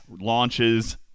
launches